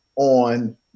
on